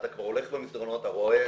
אתה כבר הולך במסדרונות ורואה.